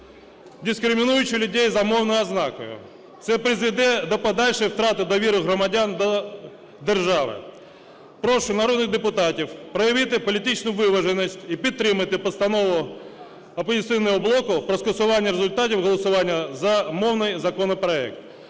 дискримінуючи людей за мовною ознакою. Це призведе до подальшої втрати довіри громадян до держави. Прошу народних депутатів проявити політичну виваженість і підтримати постанову "Опозиційного блоку" про скасування результатів голосування за мовний законопроект.